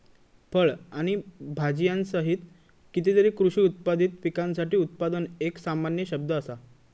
फळ आणि भाजीयांसहित कितीतरी कृषी उत्पादित पिकांसाठी उत्पादन एक सामान्य शब्द असा